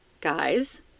guys